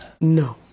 No